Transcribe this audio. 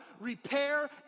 Repair